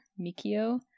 Mikio